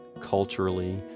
culturally